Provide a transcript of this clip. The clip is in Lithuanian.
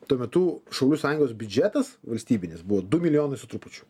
tuo metu šaulių sąjungos biudžetas valstybinis buvo du milijonai su trupučiu